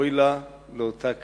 אוי לה לאותה כלימה".